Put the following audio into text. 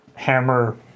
Hammer